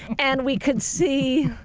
and we could see.